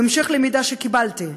בהמשך למידע שקיבלתי,